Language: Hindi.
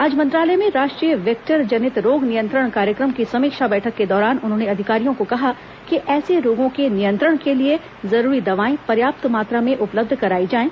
आज मंत्रालय में राष्ट्रीय वेक्टर जनित रोग नियंत्रण कार्यक्रम की समीक्षा बैठक के दौरान उन्होंने अधिकारियों को कहा कि ऐसे रोगों के नियंत्रण के लिए जरूरी दवाएं पर्याप्त मात्रा में उपलब्ध कराई जाएं